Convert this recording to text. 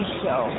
show